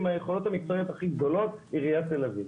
יכולות מקצועיות הכי גדולות - עיריית תל אביב.